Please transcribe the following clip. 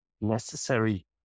necessary